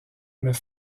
met